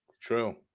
true